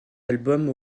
albums